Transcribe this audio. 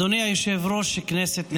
אדוני היושב-ראש, כנסת נכבדה,